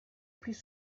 plus